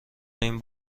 این